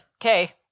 Okay